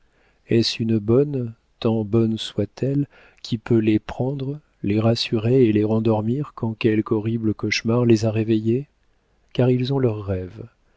est-ce une bonne tant bonne soit elle qui peut les prendre les rassurer et les rendormir quand quelque horrible cauchemar les a réveillés car ils ont leurs rêves